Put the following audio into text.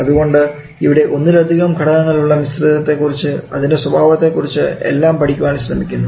അതുകൊണ്ട് ഇവിടെ ഒന്നിലധികം ഘടകങ്ങളുള്ള മിശ്രിതത്തെ കുറിച്ച് അതിൻറെ സ്വഭാവത്തെക്കുറിച്ച് എല്ലാം പഠിക്കാൻ ശ്രമിക്കുന്നു